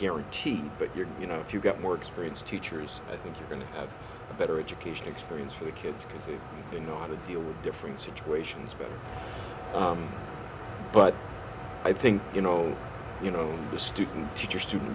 guarantee that you're you know if you get more experienced teachers i think you're going to have a better education experience for the kids because they know how to deal with different situations but but i think you know you know the student teacher student